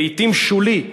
לעתים שולי,